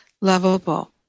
lovable